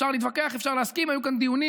אפשר להתווכח, אפשר להסכים, היו כאן דיונים,